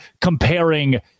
comparing